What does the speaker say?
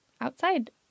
outside